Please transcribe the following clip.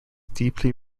deeply